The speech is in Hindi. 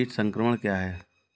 कीट संक्रमण क्या है?